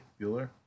Bueller